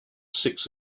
six